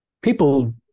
People